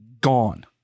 gone